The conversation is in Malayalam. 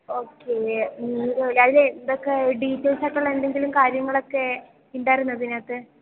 ഓക്കേ അതിലെന്തൊക്കെ ഡീറ്റൈൽസായിട്ടുള്ള എന്തെങ്കിലും കാര്യങ്ങളൊക്കെ ഉണ്ടായിരുന്നോ അതിനകത്ത്